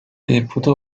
disputó